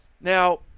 Now